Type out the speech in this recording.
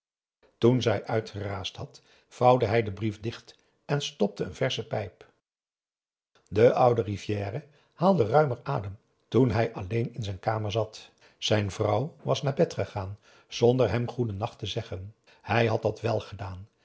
toen zij uitgeraasd had vouwde hij den brief dicht en stopte een versche pijp de oude rivière haalde ruimer adem toen hij alleen p a daum hoe hij raad van indië werd onder ps maurits in zijn kamer zat zijn vrouw was naar bed gegaan zonder hem goeden nacht te zeggen hij had dat wèl gedaan